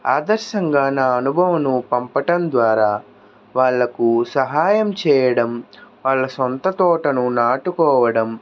ఆదర్శంగా నా అనుభవంను పంపటం ద్వారా వాళ్ళకు సహాయం చేయడం వాళ్ళ సొంత తోటను నాటుకోవడం